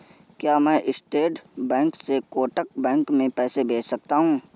क्या मैं State Bank से कोटक बैंक में पैसे भेज सकता हूँ?